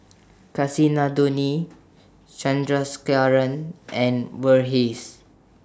Kasinadhuni Chandrasekaran and Verghese